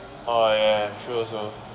orh ya ya ya ya true also